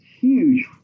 huge